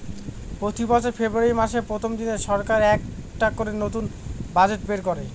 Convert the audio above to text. প্রতি বছর ফেব্রুয়ারী মাসের প্রথম দিনে সরকার একটা করে নতুন বাজেট বের করে